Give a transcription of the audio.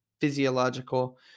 physiological